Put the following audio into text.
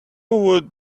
would